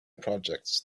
projects